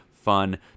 fun